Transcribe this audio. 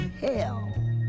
hell